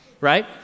right